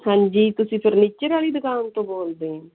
ਹਾਂਜੀ ਤੁਸੀਂ ਫਰਨੀਚਰ ਵਾਲੀ ਦੁਕਾਨ ਤੋਂ ਬੋਲਦੇ ਹੋ